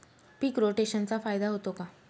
पीक रोटेशनचा फायदा होतो का?